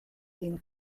den